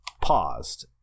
paused